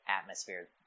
atmosphere